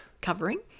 covering